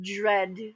dread